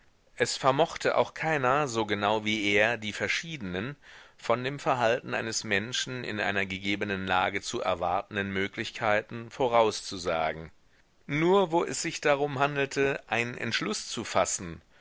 es vermochte auch keiner so genau wie er die verschiedenen von dem verhalten eines menschen in einer gegebenen lage zu erwartenden möglichkeiten vorauszusagen nur wo es sich darum handelte einen entschluß zu fassen